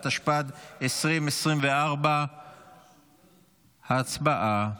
התשפ"ד 2024. הצבעה.